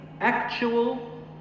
actual